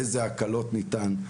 איזה הקלות ניתנות,